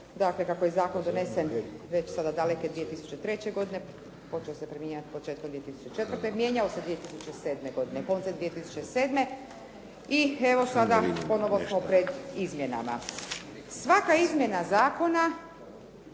istaknuto kako je zakon donesen već sada daleke 2003., počeo se primjenjivati početkom 2004. godine, mijenjao se 2007. godine, koncem 2007. i evo sada ponovo smo pred izmjenama. Svaka izmjena zakona